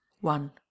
One